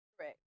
Correct